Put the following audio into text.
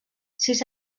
sis